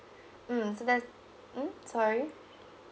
mm so that's mm sorry